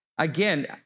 Again